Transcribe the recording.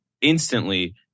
instantly